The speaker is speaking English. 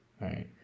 Right